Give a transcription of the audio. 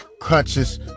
conscious